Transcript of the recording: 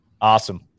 awesome